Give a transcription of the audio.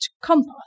compost